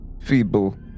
feeble